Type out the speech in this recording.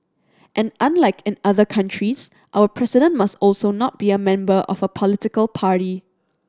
and unlike in other countries our president must also not be a member of a political party